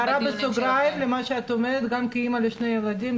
הערה בסוגריים למה שאת אומרת גם כאימא לשני ילדים,